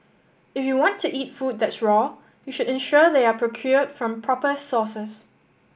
if you want to eat food that's raw you should ensure they are procured from proper sources